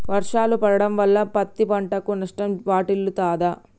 వర్షాలు పడటం వల్ల పత్తి పంటకు నష్టం వాటిల్లుతదా?